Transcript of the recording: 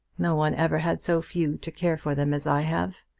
no one ever had so few to care for them as i have.